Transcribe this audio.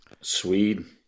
Sweden